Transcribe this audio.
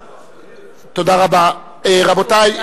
רבותי,